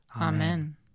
Amen